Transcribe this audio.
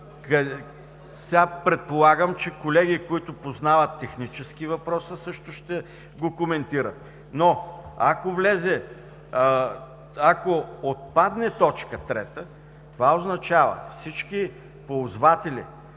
Предполагам, че колеги, които познават технически въпроса, също ще го коментират. Но ако отпадне т. 3, това означава всички ползватели